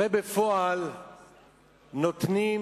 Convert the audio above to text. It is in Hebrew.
הרי בפועל נותנים